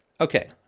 Okay